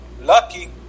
Lucky